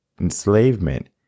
enslavement